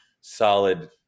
solid